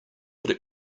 would